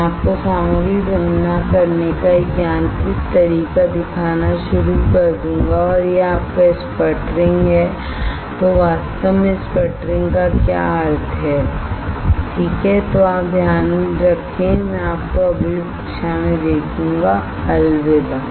मैं आपको सामग्री जमा करने का एक यांत्रिक तरीका दिखाना शुरू कर दूंगा और यह आपका स्पटरिंग है तो वास्तव में स्पटरिंग का क्या अर्थ है ठीक है तो आप ध्यान रखें मैं आपको अगली कक्षा में देखूंगा अलविदा